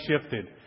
shifted